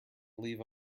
leave